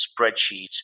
spreadsheets